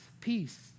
peace